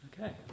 Okay